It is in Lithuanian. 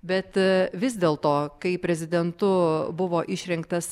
bet vis dėlto kai prezidentu buvo išrinktas